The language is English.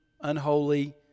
unholy